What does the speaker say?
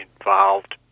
involved